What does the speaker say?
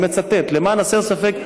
אני מצטט: למען הסר ספק,